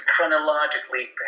chronologically